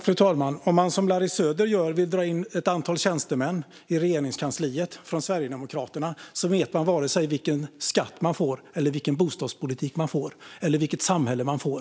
Fru talman! Om man som Larry Söder vill dra in ett antal tjänstemän från Sverigedemokraterna i Regeringskansliet vet man varken vilken sorts skatt, bostadspolitik eller samhälle man får.